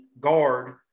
guard